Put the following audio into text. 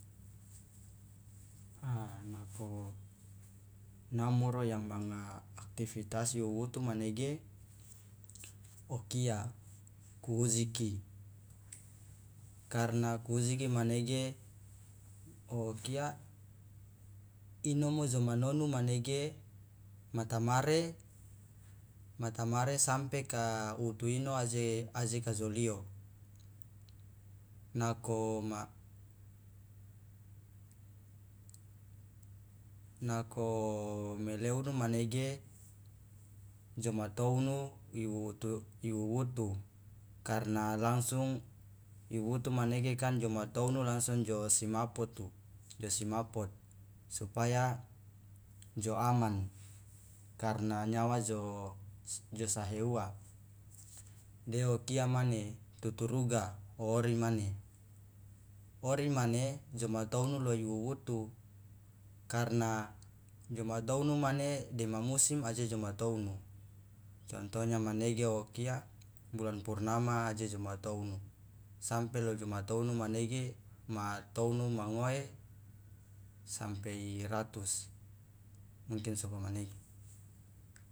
a nako namoro yang manga aktivitas iwuwutu manege okia kuujiku karna kuujiki manege okia inomo joma nonu manege matamare matamare sampe ka wutu ino aje kajo lio nako ma nako meleunu manege joma tounu iwuwutu iwuwutu karna langsung iwuwutu manege kan joma tounu langsung jo simaputu jo si simapot supaya jo aman karna nyawa jo jo sahe uwa de okia mane tuturuga oori mane ori mane joma tounu lo iwuwutu karna joma tounu mane dema musim aje joma tounu contohnya manege okia bulan purnama aje joma tounu sampe lo joma tounu manege ma tounu mangoe sampe iratus mungkin so komanege.